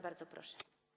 Bardzo proszę.